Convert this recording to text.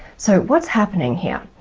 so what's happening here?